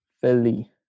philly